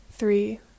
Three